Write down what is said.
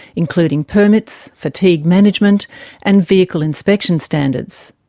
including permits, fatigue management and vehicle inspection standards.